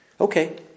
Okay